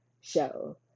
show